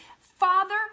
Father